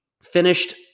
finished